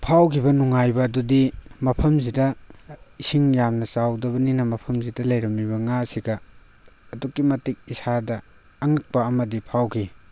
ꯐꯥꯎꯈꯤꯕ ꯅꯨꯡꯉꯥꯏꯕ ꯑꯗꯨꯗꯤ ꯃꯐꯝꯁꯤꯗ ꯏꯁꯤꯡ ꯌꯥꯝꯅ ꯆꯥꯎꯗꯕꯅꯤꯅ ꯃꯐꯝꯁꯤꯗ ꯂꯩꯔꯝꯃꯤꯕ ꯉꯥꯁꯤꯒ ꯑꯗꯨꯛꯀꯤ ꯃꯇꯤꯛ ꯏꯁꯥꯗ ꯑꯉꯛꯄ ꯑꯃꯗꯤ ꯐꯥꯎꯈꯤ